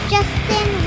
Justin